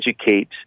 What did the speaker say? educate